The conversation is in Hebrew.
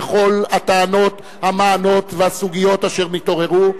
כל הטענות המענות והסוגיות אשר נתעוררו,